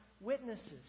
witnesses